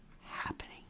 happening